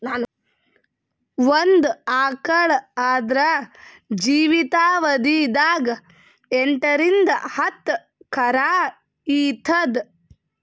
ಒಂದ್ ಆಕಳ್ ಆದ್ರ ಜೀವಿತಾವಧಿ ದಾಗ್ ಎಂಟರಿಂದ್ ಹತ್ತ್ ಕರಾ ಈತದ್